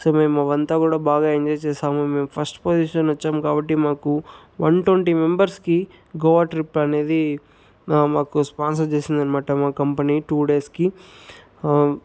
so మేము అంతా కూడా బాగా ఎంజాయ్ చేసాము మేము ఫస్ట్ పొజిషన్ వచ్చాము కాబట్టి మాకు వన్ ట్వంటీ మెంబర్స్కి గోవా ట్రిప్ అనేది మాకు స్పాన్సర్ చేసిందనమాట మా కంపెనీ టూ డేస్కి